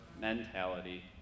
mentality